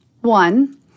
One